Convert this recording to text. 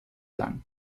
lang